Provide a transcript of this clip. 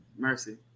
mercy